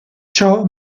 ciò